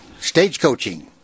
stagecoaching